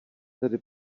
tedy